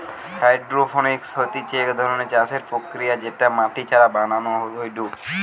hydroponics হতিছে এক ধরণের চাষের প্রক্রিয়া যেটা মাটি ছাড়া বানানো হয়ঢু